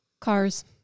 Cars